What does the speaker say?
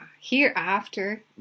hereafter